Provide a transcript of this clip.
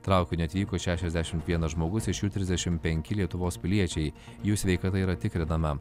traukiniu atvyko šešiasdešimt vienas žmogus iš jų trisdešim penki lietuvos piliečiai jų sveikata yra tikrinama